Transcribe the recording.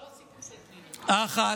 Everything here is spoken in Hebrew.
האחת: